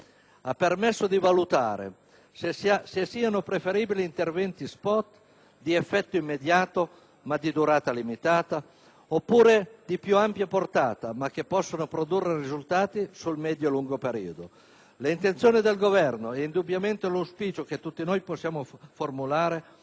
ha permesso di valutare se siano preferibili interventi *spot* di effetto immediato ma di durata limitata, oppure di più ampia portata ma che possono produrre risultati sul medio e lungo periodo. Le intenzioni del Governo - e indubbiamente l'auspicio che tutti noi possiamo formulare,